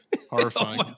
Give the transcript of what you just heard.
horrifying